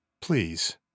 Please